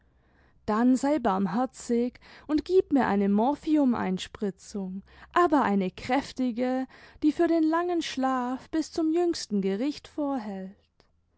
dann sei barmherzig und gib mir eine morphiumeinspritzung aber eine kräftige die für den langen schlaf bis zum jüngsten gericht vorhält